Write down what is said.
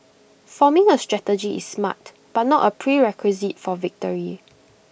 forming A strategy is smart but not A prerequisite for victory